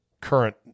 current